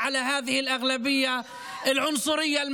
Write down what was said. אשר גרמה לחזרתו של בנימין נתניהו